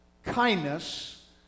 kindness